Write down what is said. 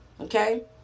okay